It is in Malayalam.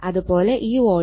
അത് പോലെ ഈ വോൾട്ടേജ് 0